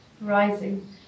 rising